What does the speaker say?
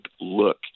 look